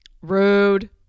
Rude